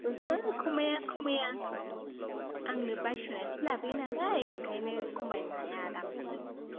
ओहो खमाया खमाया आंनो बायस'नानैसो लाबोयो नालाय ओंखायनो खमायनो हाया दामखौनो